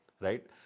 right